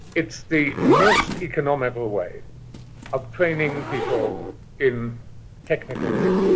it's the most economical way of training people in technical fields.